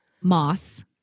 moss